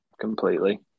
completely